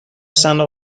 صندوق